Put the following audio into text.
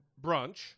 brunch